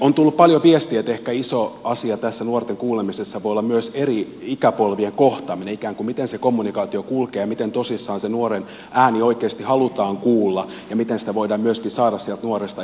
on tullut paljon viestejä että ehkä iso asia tässä nuorten kuulemisessa voi olla myös eri ikäpolvien kohtaaminen ikään kuin miten se kommunikaatio kulkee ja miten tosissaan sen nuoren ääni oikeasti halutaan kuulla ja miten sitä voidaan myöskin saada sieltä nuoresta ikään kuin rohkaistua esiin